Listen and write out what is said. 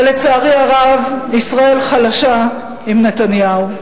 ולצערי הרב ישראל חלשה עם נתניהו.